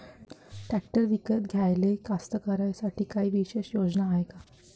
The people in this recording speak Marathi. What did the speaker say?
ट्रॅक्टर विकत घ्याले कास्तकाराइसाठी कायी विशेष योजना हाय का?